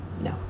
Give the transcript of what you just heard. No